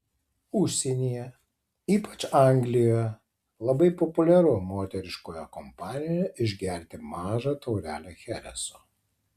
užsienyje ypač anglijoje labai populiaru moteriškoje kompanijoje išgerti mažą taurelę chereso